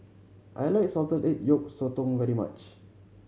I like salted egg yolk sotong very much